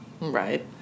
Right